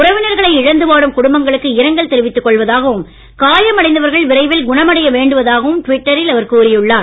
உறவினர்களை இழந்து வாடும் குடும்பங்களுக்கு இரங்கல் தெரிவித்துக் கொள்வதாகவும் காயம் அடைந்தவர்கள் விரைவில் குணமடைய வேண்டுவதாகவும் டுவிட்டரில் அவர் கூறி உள்ளார்